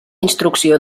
instrucció